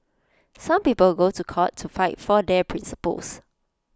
some people go to court to fight for their principles